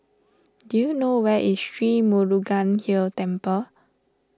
do you know where is Sri Murugan Hill Temple